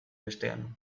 bestean